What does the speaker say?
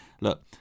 look